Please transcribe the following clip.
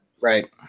Right